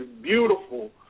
beautiful